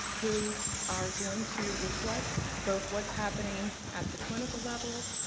who are going to reflect both what's happening at the clinical level,